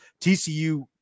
TCU